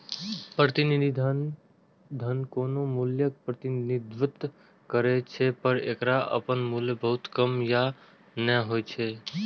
प्रतिनिधि धन कोनो मूल्यक प्रतिनिधित्व करै छै, पर एकर अपन मूल्य बहुत कम या नै होइ छै